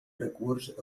recurs